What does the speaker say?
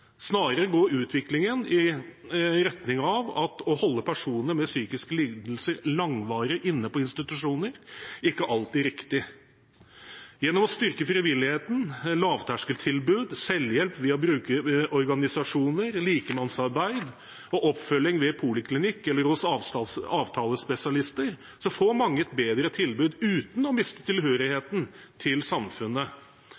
Snarere går utviklingen i retning av at det å holde personer med psykiske lidelser langvarig inne på institusjoner ikke alltid er riktig. Gjennom å styrke frivilligheten, lavterskeltilbud, selvhjelp via brukerorganisasjoner, likemannsarbeid og oppfølging ved poliklinikk eller hos avtalespesialister får mange et bedre tilbud uten å miste